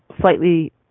slightly